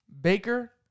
Baker